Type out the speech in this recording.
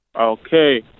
okay